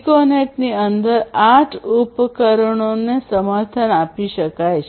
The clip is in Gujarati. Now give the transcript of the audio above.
પીકોનેટની અંદર 8 ઉપકરણોને સમર્થન આપી શકાય છે